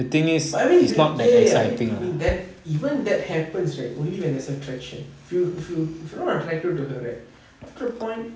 but I mean ya ya I mean that even that happens right only when there's attraction if you if you are not attracted to her right after a point